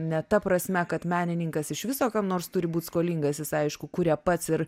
ne ta prasme kad menininkas iš viso kam nors turi būti skolingas jis aišku kuria pats ir